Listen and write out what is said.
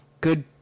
good